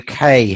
UK